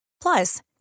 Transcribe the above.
Plus